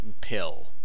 pill